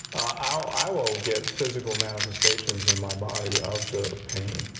ah i will get physical manifestations in my body of the pain,